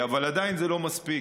אבל עדיין זה לא מספיק,